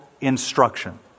instruction